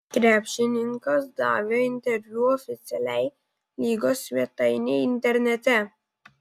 krepšininkas davė interviu oficialiai lygos svetainei internete